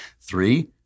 Three